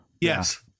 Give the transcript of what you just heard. Yes